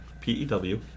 P-E-W